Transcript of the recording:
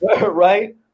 Right